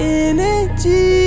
energy